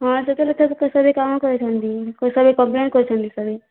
ହଁ ଯେତେହେଲେ face pressure ଦେଇ କାମ କରେଇ ଦେଉଛନ୍ତି ପ୍ରେସର୍ କମ୍ପ୍ଲେନ୍ରେ କରୁଛନ୍ତି